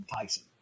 Tyson